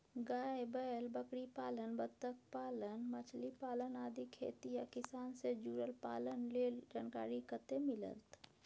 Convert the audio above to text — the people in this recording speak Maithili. गाय, बैल, बकरीपालन, बत्तखपालन, मछलीपालन आदि खेती आ किसान से जुरल पालन लेल जानकारी कत्ते मिलत?